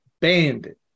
bandit